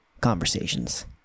conversations